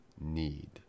need